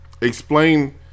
Explain